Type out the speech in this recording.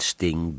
Sting